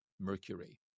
mercury